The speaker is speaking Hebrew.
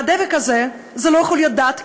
והדבק הזה לא יכול להיות דת,